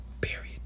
Period